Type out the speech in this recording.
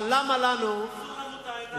לנו את העיניים.